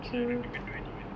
so I don't even know anyone